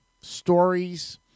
stories